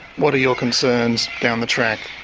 what are your concerns down the track?